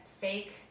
fake